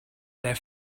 their